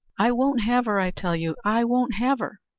i won't have her, i tell you i won't have her!